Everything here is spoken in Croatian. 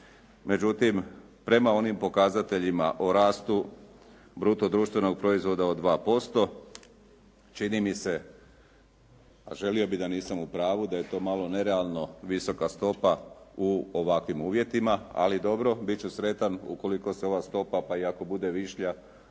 Međutim, prema onim pokazateljima o rastu bruto društvenog proizvoda od 2% čini mi se, a želio bih da nisam u pravu da je to malo nerealno visoka stopa u ovakvim uvjetima, ali dobro bit ću sretan ukoliko se ova stopa, pa i ako bude višlja